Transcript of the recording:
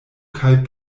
kaj